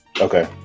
Okay